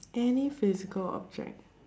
any physical object